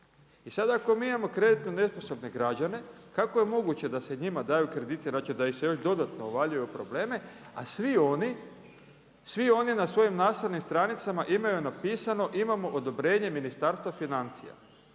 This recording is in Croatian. I sada ako mi imamo kreditno nesposobne građane kako je moguće da se njima daju krediti znači da ih se još dodatno uvaljuje u probleme, a svi oni na svojim naslovnim stranicama imaju napisano imamo odobrenje Ministarstva financija,